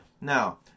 now